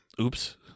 oops